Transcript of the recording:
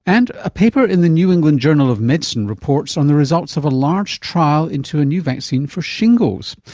and a paper in the new england journal of medicine reports on the results of a large trial into a new vaccine for shingles.